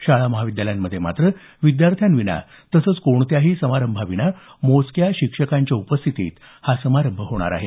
शाळा महाविद्यालयांमध्ये मात्र विद्यार्थ्यांविना तसंच कोणत्याही समारंभाविना मोजक्याच शिक्षकांच्या उपस्थितीत हा समारभ होणार आहे